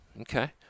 Okay